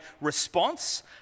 response